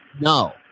No